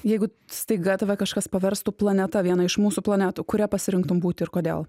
jeigu staiga tave kažkas paverstų planeta viena iš mūsų planetų kuria pasirinktum būti ir kodėl